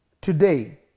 today